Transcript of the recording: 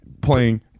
playing